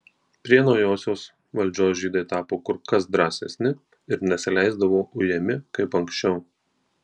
prie naujosios valdžios žydai tapo kur kas drąsesni ir nesileisdavo ujami kaip anksčiau